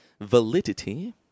Validity